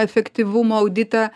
efektyvumo auditą